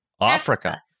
Africa